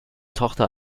tochter